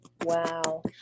Wow